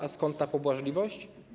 A skąd ta pobłażliwość?